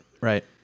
right